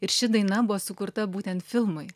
ir ši daina buvo sukurta būtent filmui